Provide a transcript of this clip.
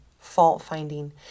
fault-finding